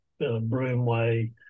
Broomway